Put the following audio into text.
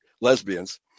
Lesbians